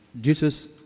Jesus